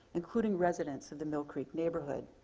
including residents of the mill creek neighborhood.